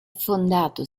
fondato